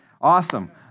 Awesome